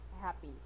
happy